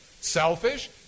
selfish